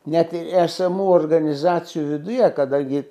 net ir esamų organizacijų viduje kada gi